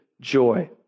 joy